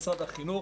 משרד החינוך,